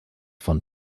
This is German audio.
von